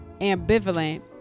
Ambivalent